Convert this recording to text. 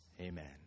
amen